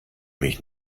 mich